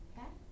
Okay